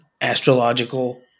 astrological